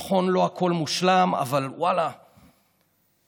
נכון, לא הכול מושלם, אבל ואללה, התקדמו,